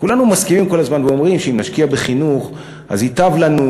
כולנו מסכימים כל הזמן ואומרים שאם נשקיע בחינוך אז ייטב לנו,